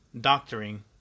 doctoring